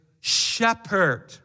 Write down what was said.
shepherd